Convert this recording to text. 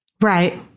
Right